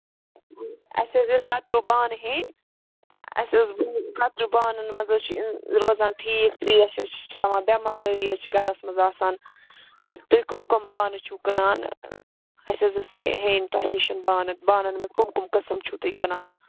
اَسہِ حظ ٲسۍ کَتریو بانہٕ ہیٚنۍ اَسہِ اوس ہُو کَتریو بانَن منٛز چھِ روزان ٹھیٖک ترٛیش حظ چھِ چیٚوان بیٚمار دٲری حظ چھِ گرَس منٛز آسان تُہۍ کٔم کٔم بانہٕ چھِو کٕنان تہٕ اسہِ حظ ٲسۍ ہیٚنۍ تۄہہِ نِش بانہٕ بانَن منٛز کٔم کٔم قٔسٕم چھِو تُہۍ کٕنان